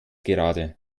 gerade